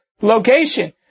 location